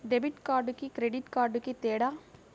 Debit కార్డుకి credit కార్డుకి తేడా?